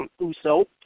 Uso